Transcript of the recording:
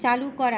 চালু করা